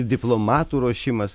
diplomatų ruošimas